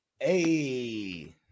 Hey